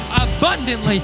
abundantly